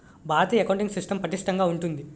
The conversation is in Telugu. భారతీయ అకౌంటింగ్ సిస్టం పటిష్టంగా ఉంటుంది